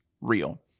real